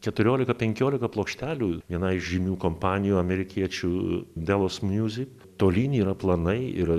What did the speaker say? keturiolika penkiolika plokštelių vienai žymių kompanijų amerikiečių delos miuzik tolyn yra planai ir